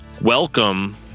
Welcome